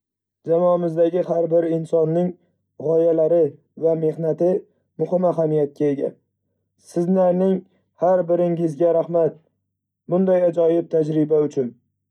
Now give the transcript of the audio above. Jamoamizdagi har bir insonning g'oyalari va mehnati muhim ahamiyatga ega. Sizlarning har biringizga rahmat, bunday ajoyib tajriba uchun!